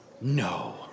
No